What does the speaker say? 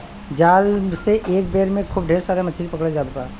जाल से एक बेर में खूब ढेर मछरी पकड़ल जात बा